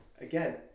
again